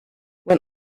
when